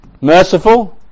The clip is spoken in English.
merciful